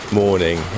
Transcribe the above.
morning